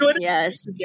Yes